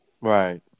right